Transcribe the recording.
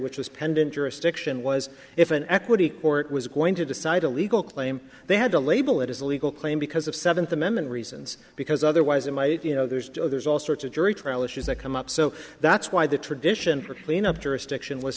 which was penned in jurisdiction was if an equity court was going to decide a legal claim they had to label it as a legal claim because of seventh amendment reasons because otherwise it might you know there's joe there's all sorts of jury trial issues that come up so that's why the tradition for clean up jurisdiction was